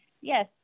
Yes